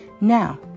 Now